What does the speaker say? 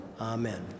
Amen